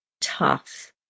tough